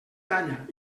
talla